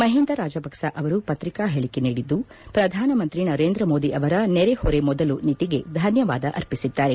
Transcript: ಮಹಿಂದಾ ರಾಜಪಕ್ಷ ಅವರು ಪತ್ರಿಕಾ ಹೇಳಿಕೆ ನೀಡಿದ್ದು ಪ್ರಧಾನಮಂತ್ರಿ ನರೇಂದ್ರ ಮೋದಿ ಅವರ ನೆರೆ ಹೊರೆ ಮೊದಲು ನೀತಿಗೆ ಧನ್ನವಾದ ಅರ್ಪಿಸಿದ್ದರೆ